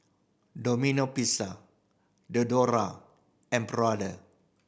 Domino Pizza Diadora and Brother